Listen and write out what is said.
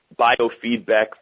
biofeedback